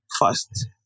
first